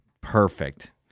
Perfect